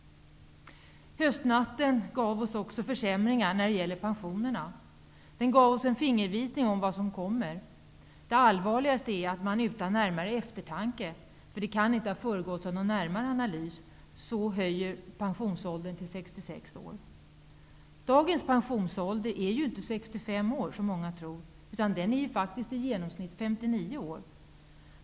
Höstnatten gav oss också försämringar när det gäller pensionerna. Den gav oss en fingervisning om vad som komma skall. Det allvarligaste är att man utan närmare eftertanke, för det kan inte ha föregåtts av någon närmare analys, höjde pen sionsåldern till 66 år. Dagens pensionsålder är ju inte 65 år, som många tror, utan den är faktiskt i genomsnitt 59 år.